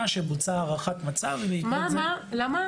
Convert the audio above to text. שבוצעה הערכת מצב ובעקבות זה --- למה?